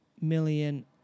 million